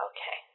Okay